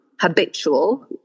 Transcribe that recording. habitual